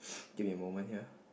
give me a moment here